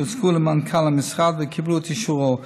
והם הוצגו למנכ"ל המשרד וקיבלו את אישורו.